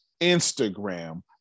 Instagram